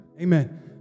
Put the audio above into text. Amen